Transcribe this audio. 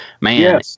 Man